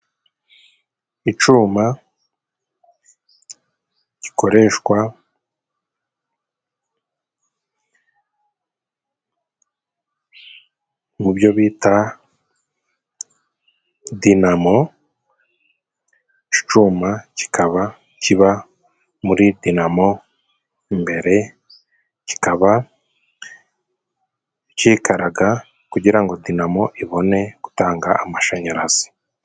Icyuma gikoreshwa mubyo bita dinamo, icyo icyuma kikaba kiba muri dinamo imbere, kikaba cyikaraga kugirango ngo dinamo ibone gutanga amashanyarazi.